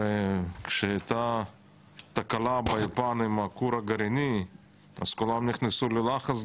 הרי כשהייתה תקלה באולפן עם הכור הגרעיני אז כולם נכנסו ללחץ,